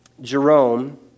Jerome